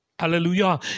Hallelujah